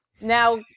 Now